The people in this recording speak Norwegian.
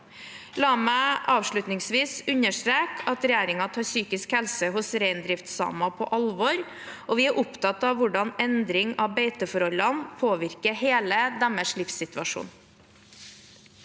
La meg avslutningsvis understreke at regjeringen tar psykisk helse hos reindriftssamer på alvor, og vi er opptatt av hvordan endring av beiteforholdene påvirker hele deres livssituasjon.